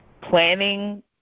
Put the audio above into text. planning